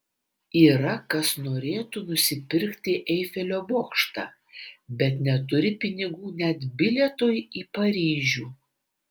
yra kas norėtų nusipirkti eifelio bokštą bet neturi pinigų net bilietui į paryžių